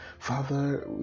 father